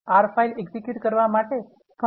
R file execute કરવા માટે ઘણી રીતો છે